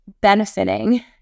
benefiting